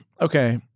Okay